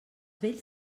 vells